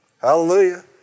Hallelujah